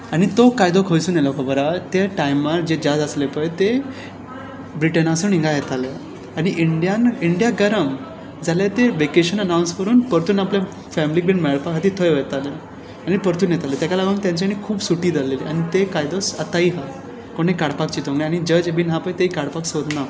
तो कायदो खंयसून येलो खबर आसा त्या टायमार जे जज आसले ते ब्रिटनासून हिंगा येताले आनी इंडियांत इंडिया गरम जाल्यार ते वॅकेशन अनाउंस करून परतून आपल्या फेमिलीक बी मेळपा खातीर थंय वयताले आनी परतून येताले ताका लागून तेंच्यानी खूब सुटी दवरलेली ते कायदेच आतांय आसा कोणें काडपाक चिंतूंक ना आनी जे जज बीन आसा पळय ते काडपाक सोदना